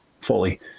fully